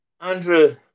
Andrew